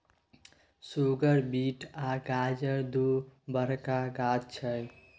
सुगर beet आ गाजर दु बरखा गाछ छै